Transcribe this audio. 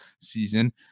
season